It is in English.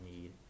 need